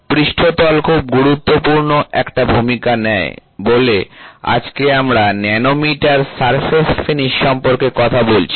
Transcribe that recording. পৃষ্ঠতল খুব গুরুত্বপূর্ণ একটা ভূমিকা নেয় বলে আজকে আমরা ন্যানোমিটার সারফেস ফিনিশ সম্পর্কে কথা বলছি